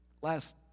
last